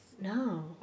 No